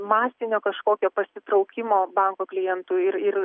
masinio kažkokio pasitraukimo banko klientų ir ir